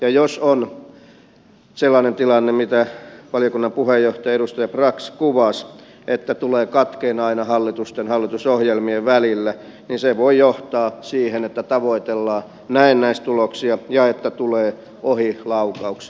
ja jos on sellainen tilanne mitä valiokunnan puheenjohtaja edustaja brax kuvasi että työ tulee katkeamaan aina hallitusten ja hallitusohjelmien välillä niin se voi johtaa siihen että tavoitellaan näennäistuloksia ja tulee ohilaukauksia